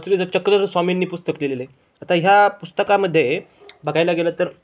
श्रीद चक्रधर स्वामींनी पुस्तक केलेले आता ह्या पुस्तकामध्ये बघायला गेलं तर